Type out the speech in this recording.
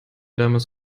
damals